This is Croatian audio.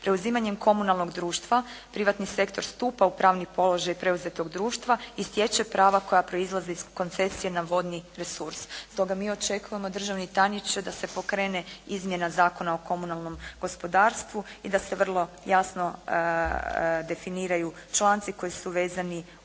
Preuzimanjem komunalnog društva privatni sektor stupa u pravni položaj preuzetog društva i stječe prava koja proizlaze iz koncesije na vodni resurs. Stoga mi očekujemo državni tajniče da se pokrene izmjena Zakona o komunalnom gospodarstvu i da se vrlo jasno definiraju članci koji su vezani uz